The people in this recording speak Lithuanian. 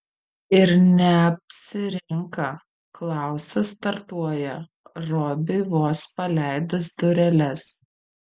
ir neapsirinka klausas startuoja robiui vos paleidus dureles